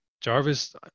Jarvis